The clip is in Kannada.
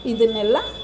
ಇದನ್ನೆಲ್ಲ